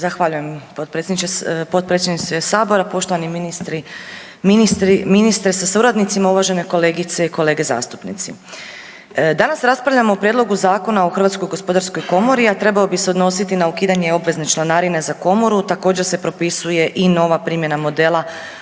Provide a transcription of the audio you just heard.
Zahvaljujem potpredsjedniče sabora. Poštovani ministri, ministre sa suradnicima, uvažene kolegice i kolege zastupnici, danas raspravljamo o Prijedlogu Zakona o HGK, a trebao bi se odnositi na ukidanje obvezne članarine za komoru, također se propisuje i nova primjena modela